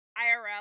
IRL